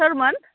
सोरमोन